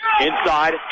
inside